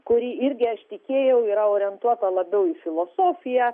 kuri irgi aš tikėjau yra orientuota labiau į filosofiją